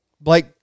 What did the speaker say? Blake